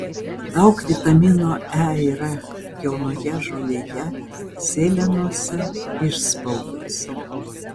daug vitamino e yra jaunoje žolėje sėlenose išspaudose